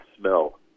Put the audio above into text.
smell